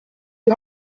die